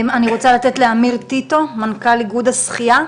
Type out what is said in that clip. זכות הדיבור לאמיר טיטו, מנכ"ל איגוד השחייה.